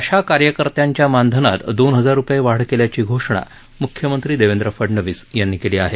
आशा कार्यकर्त्यांच्या मानधनात दोन हजार रूपये वाढ केल्याची घोषणा मुख्यमंत्री देवेंद्र फडणवीस यांनी केली आहे